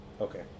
okay